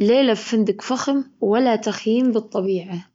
ليلة بفندج فخم ولا تخييم بالطبيعة.